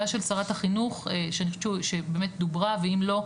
של שרת החינוך שאני חושבת שדוברה ואם לא,